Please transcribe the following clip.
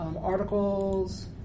Articles